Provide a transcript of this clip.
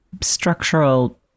structural